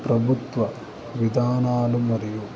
ప్రభుత్వ విధానాలు మరియు